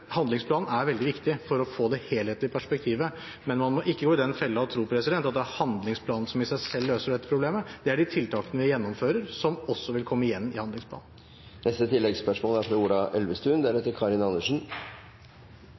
Handlingsplanen er veldig viktig for å få det helhetlige perspektivet, men man må ikke gå i den fellen og tro at det er handlingsplanen som i seg selv løser dette problemet – det er de tiltakene vi gjennomfører, som også vil komme igjen i handlingsplanen.